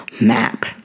map